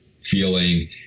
feeling